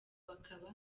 bakaba